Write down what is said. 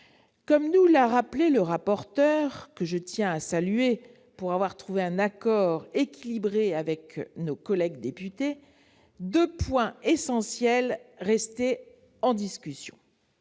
Comme nous l'a rappelé le rapporteur, que je tiens à saluer pour avoir trouvé un accord équilibré avec nos collègues députés, deux points essentiels restaient en discussion